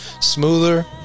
smoother